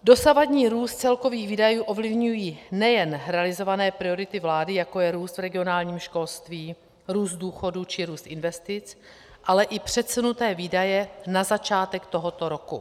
Dosavadní růst celkových výdajů ovlivňují nejen realizované priority vlády, jako je růst regionálního školství, růst důchodů či růst investic, ale i předsunuté výdaje na začátek tohoto roku.